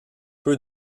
peu